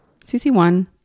CC1